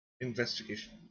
investigation